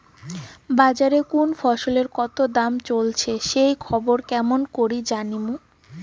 বাজারে কুন ফসলের কতো দাম চলেসে সেই খবর কেমন করি জানীমু?